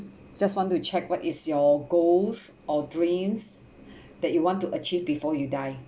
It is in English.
I just want to check what is your goals or dreams that you want to achieve before you die